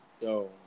yo